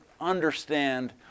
understand